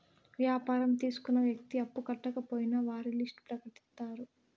వ్యాపారం తీసుకున్న వ్యక్తి అప్పు కట్టకపోయినా వారి లిస్ట్ ప్రకటిత్తారు